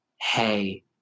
Hey